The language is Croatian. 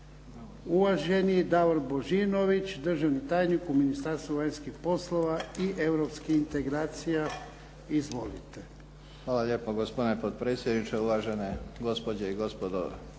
Uvaženi Davor Božinović, državni tajnik u Ministarstvu vanjskih poslova i europskih integracija. Izvolite. **Božinović, Davor** Hvala lijepa, gospodine potpredsjedniče. Uvažene gospođe i gospodo